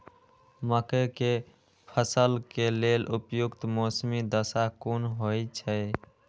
मके के फसल के लेल उपयुक्त मौसमी दशा कुन होए छै?